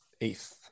Eighth